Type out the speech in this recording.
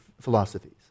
philosophies